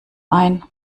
ein